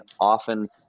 often